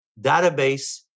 database